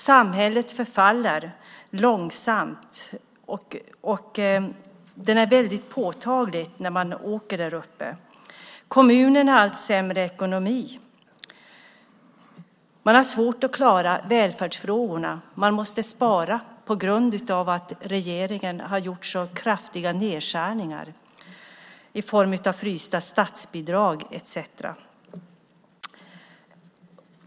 Samhället förfaller långsamt. Det är påtagligt när man åker där. Kommunen har allt sämre ekonomi. Man har svårt att klara välfärden. Man måste spara på grund av att regeringen har gjort så kraftiga nedskärningar i form av frysta statsbidrag etcetera.